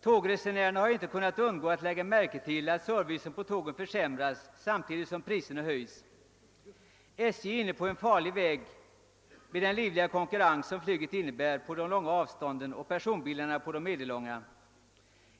Tågresenärerna har inte kunnat undgå att lägga märke till att servicen på tågen försämras samtidigt som priserna höjs. SJ är inne på en farlig väg med den livliga konkurrens som flyget innebär på de långa avstånden och personbilarna på de medellånga.